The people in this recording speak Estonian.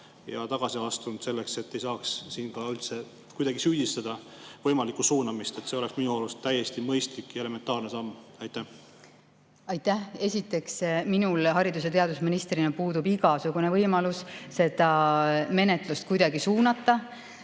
ja tagasi astunud, et ei saaks üldse kuidagi süüdistada võimalikus suunamises? See oleks minu arust täiesti mõistlik ja elementaarne samm. Aitäh! Esiteks, minul haridus- ja teadusministrina puudub igasugune võimalus seda menetlust kuidagi suunata.